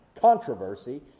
controversy